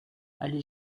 allée